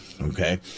okay